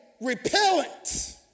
repellent